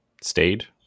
stayed